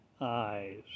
eyes